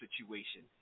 situation